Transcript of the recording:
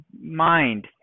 mind